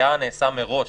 היה נעשה מראש,